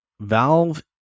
Valve